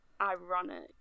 ironic